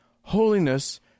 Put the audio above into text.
holiness